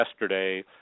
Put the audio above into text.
yesterday